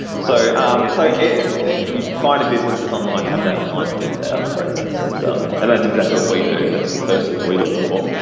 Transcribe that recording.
so so you'd find the businesses online have that online but presence and um and that's exactly what we do, that's the first thing that we look for.